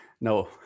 No